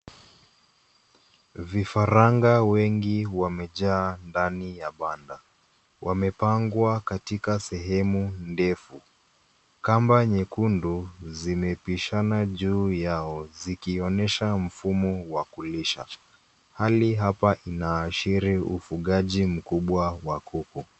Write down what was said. Vifaranga wengi wamejaa ndani ya banda. Wamepangwa katika sehemu ndefu. Kamba nyekundu zimepishana juu yao zikionyesha mfumo wa kulisha. Hali hapa inaashiri ufugaji mkubwa wa kuku.